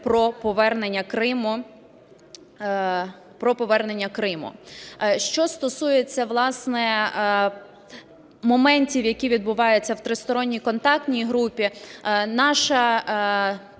про повернення Криму. Що стосується власне моментів, які відбуваються в Тристоронній контактній групі. Наше